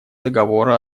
договора